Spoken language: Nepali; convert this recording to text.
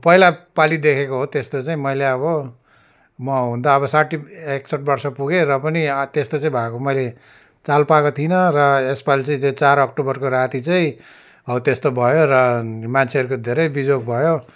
पहिला पाली देखेको हो त्यस्तो चाहिँ मैले अब म हुन त अब साठी एकसठ बर्ष पुगेँ र पनि त्यस्तो चाहिँ भएको मैले चाल पाएको थिइनँ र यसपाली चाहिँ त्यो चार अक्टोबरको राती चाहिँ हौ त्यस्तो भयो र मान्छेहरूको धेरै बिजोग भयो